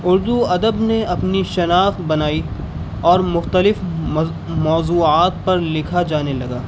اردو ادب نے اپنی شناخت بنائی اور مختلف موضوعات پر لکھا جانے لگا